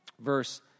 verse